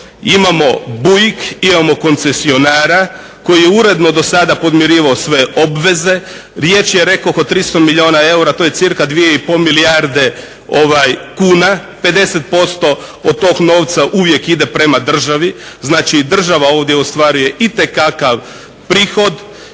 Imamo Bujik, imamo koncesionara koji je uredno do sada podmirivao sve obveze. Riječ je rekoh o 300 milijuna eura, to je cca 2,5 milijarde kuna. 50% od tog novca uvijek ide prema državi, znači i država ovdje ostvaruje itekakav prihod.